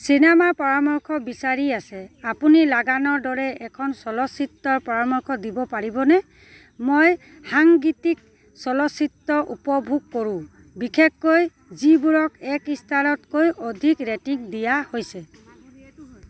চিনেমাৰ পৰামৰ্শ বিচাৰি আছে আপুনি লগানৰ দৰে এখন চলচ্চিত্ৰৰ পৰামৰ্শ দিব পাৰিবনে মই সাংগীতিক চলচ্চিত্ৰ উপভোগ কৰোঁ বিশেষকৈ যিবোৰক এক ষ্টাৰতকৈ অধিক ৰেটিং দিয়া হৈছে